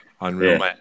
unreal